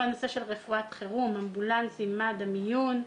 נושא של רפואת חירום, אמבולנסים, מד"א, מיון,